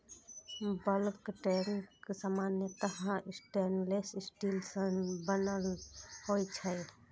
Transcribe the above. bulk tank सामान्यतः stainless steel सं बनल होइ छै